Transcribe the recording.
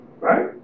Right